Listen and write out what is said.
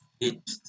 It-